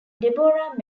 deborah